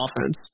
offense